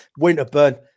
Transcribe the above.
Winterburn